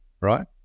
right